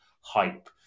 hype